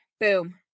Boom